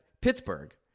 Pittsburgh